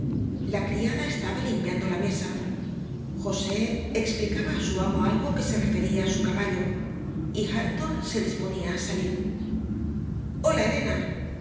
la criada estaba limpiando la mesa josé explicaba a su amo algo que se refería a su caballo y hareton se disponía a salir hola elena